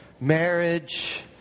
marriage